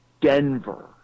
Denver